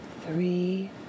three